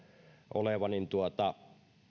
oleva